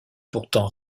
pourtant